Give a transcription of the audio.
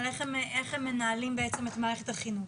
על איך שהם מנהלים את מערכת החינוך.